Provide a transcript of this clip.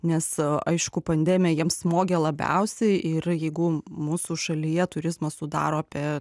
nes aišku pandemija jiems smogė labiausiai ir jeigu mūsų šalyje turizmas sudaro apie